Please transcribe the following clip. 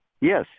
Yes